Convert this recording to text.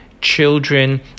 children